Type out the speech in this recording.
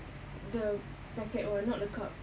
the packet [one] not the cup